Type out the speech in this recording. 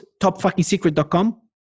topfuckingsecret.com